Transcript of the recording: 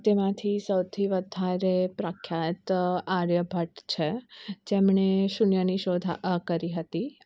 તેમાંથી સૌથી વધારે પ્રખ્યાત આર્યભટ્ટ છે જેમણે શૂન્ય શોધ કરી હતી